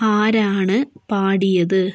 ആരാണ് പാടിയത്